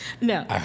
no